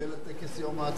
חוק להסדרת הטיפול באריזות,